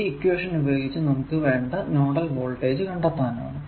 ഈ ഇക്വേഷൻ ഉപയോഗിച്ച് നമുക്ക് വേണ്ട നോഡൽ വോൾടേജ് കണ്ടെത്താനാകും